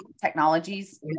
technologies